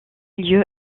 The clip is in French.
lieu